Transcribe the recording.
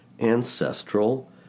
ancestral